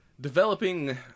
developing